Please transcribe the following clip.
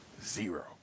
Zero